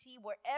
wherever